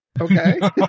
Okay